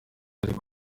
ariko